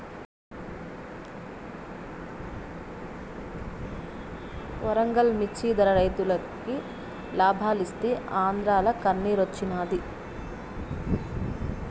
వరంగల్ మిచ్చి ధర రైతులకి లాబాలిస్తీ ఆంద్రాల కన్నిరోచ్చినాది